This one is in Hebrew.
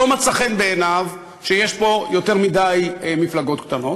לא מצא חן בעיניו שיש פה יותר מדי מפלגות קטנות,